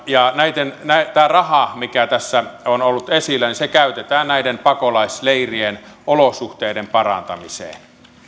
ja tämä raha mikä tässä on ollut esillä käytetään näiden pakolaisleirien olosuhteiden parantamiseen